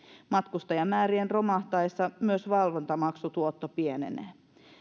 matkustajamäärien romahtaessa myös valvontamaksutuotto pienenee